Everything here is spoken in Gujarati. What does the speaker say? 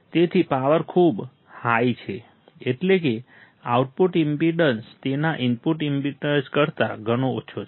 તેથી પાવર ખૂબ હાઈ છે એટલે કે આઉટપુટ ઈમ્પેડન્સ તેના ઇનપુટ ઈમ્પેડન્સ કરતા ઘણો ઓછો છે